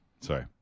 sorry